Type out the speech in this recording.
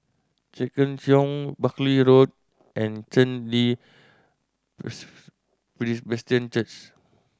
Thekchen Choling Buckley Road and Chen Li Presbyterian Church